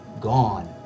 Gone